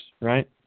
right